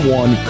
one